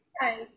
Hi